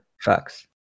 facts